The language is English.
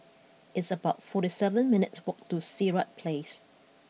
it's about forty seven minutes' walk to Sirat Place